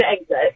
exit